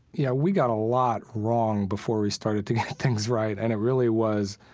yeah, we got a lot wrong before we started to get things right. and it really was